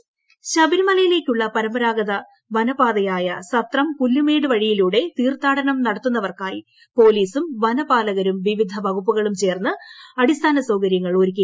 Sabarimala intro ശബരിമലയിലേക്കുള്ള പരമ്പരാഗത വനപാതയായ സത്രം പുല്പുമേട് വഴിയിലൂടെ തീർത്ഥാടനം നടത്തുന്നവർക്കായി പോലീസും വനപാലകരും വിവിധ വകുപ്പുകളും ചേർന്ന് അടിസ്ഥാനസൌകര്യങ്ങൾ ഒരുക്കി